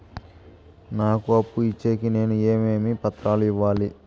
నాకు అప్పు ఇచ్చేకి నేను ఏమేమి పత్రాలు ఇవ్వాలి